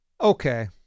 Okay